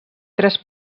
tres